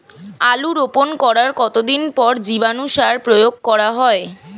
আলু রোপণ করার কতদিন পর জীবাণু সার প্রয়োগ করা হয়?